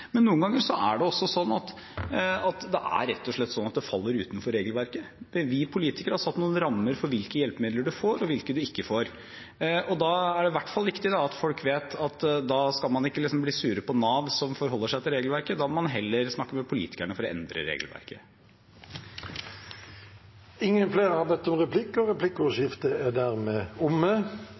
Men noen ganger er det rett og slett sånn at det faller utenfor regelverket. Vi politikere har satt noen rammer for hvilke hjelpemidler man får, og hvilke man ikke får. Da er det i hvert fall viktig at folk vet at da skal man ikke bli sure på Nav, som forholder seg til regelverket. Da må man heller snakke med politikerne for å endre regelverket. Replikkordskiftet er dermed omme. Flere har ikke bedt om ordet til sak nr. 16. Etter ønske fra arbeids- og